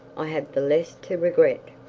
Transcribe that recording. i have the less to regret